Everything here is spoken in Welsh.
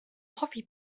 hoffi